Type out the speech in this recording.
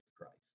christ